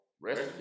Rest